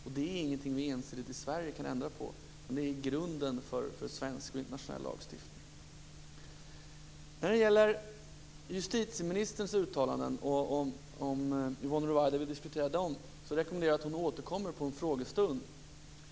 Och det är inget som vi i Sverige ensidigt kan ändra, utan det är grunden för svensk och internationell lagstiftning. Om Yvonne Ruwaida vill diskutera justitieministerns uttalanden rekommenderar jag att hon återkommer vid en frågestund.